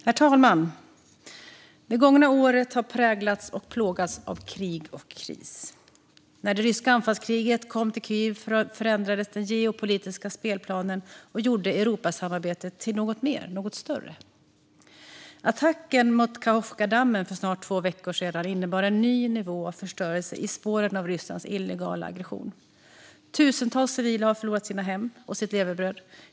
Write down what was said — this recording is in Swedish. Herr talman! Det gångna året har präglats och plågats av krig och kris. När det ryska anfallskriget kom till Kiev förändras den geopolitiska spelplanen och gjorde Europasamarbetet till något mer, något större. Attacken mot Kachovkadammen för snart två veckor sedan innebar en ny nivå av förstörelse i spåren av Rysslands illegala aggression. Tusentals civila har förlorat sitt hem och sitt levebröd.